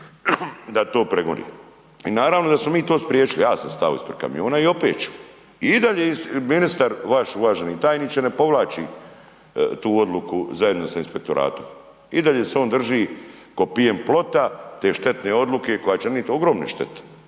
da to pregone. I naravno da smo mi to spriječili, ja sam stao ispred kamiona i opet ću. I i dalje ministar vaš, uvaženi tajniče ne povlači tu odluku zajedno sa inspektoratom, i dalje se on drži ko pijan plota te štetne odluke koja će donijet ogromne štete